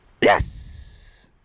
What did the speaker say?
Yes